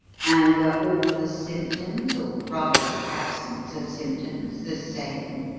and were all the symptoms or, rather, the absence of symptoms the same?